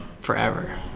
forever